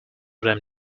them